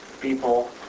people